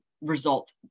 result